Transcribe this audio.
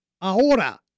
ahora